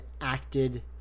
acted